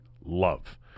love